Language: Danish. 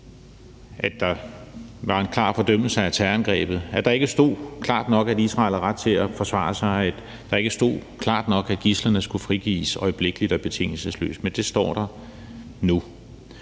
at der var en klar fordømmelse af terrorangrebet; at der ikke stod klart nok, at Israel har ret til at forsvare sig; at der ikke stod klart nok, at gidslerne skulle frigives øjeblikkeligt og betingelsesløst. Men det står der nu.